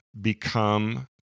become